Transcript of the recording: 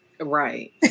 Right